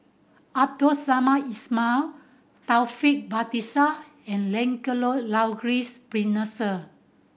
Abdul Samad Ismail Taufik Batisah and Lancelot Maurice Pennefather